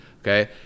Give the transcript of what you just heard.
Okay